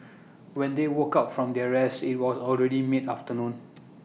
when they woke up from their rest IT was already mid afternoon